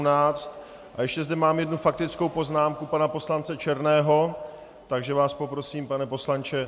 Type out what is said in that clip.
A ještě zde mám jednu faktickou poznámku pana poslance Černého, takže vás poprosím, pane poslanče...